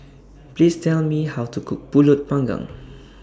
Please Tell Me How to Cook Pulut Panggang